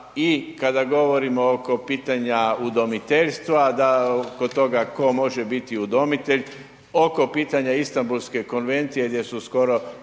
i kada govorimo oko pitanja udomiteljstva da kod toga ko može biti udomitelj, oko pitanja Istambulske konvencije gdje su skoro